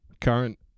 current